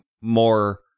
more